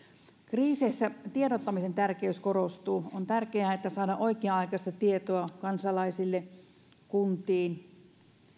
kriiseissä tiedottamisen tärkeys korostuu on tärkeää että saadaan oikea aikaista tietoa kansalaisille kuntiin